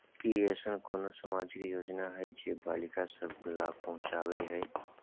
की ऐसन कोनो सामाजिक योजना हय जे बालिका सब के लाभ पहुँचाबय हय?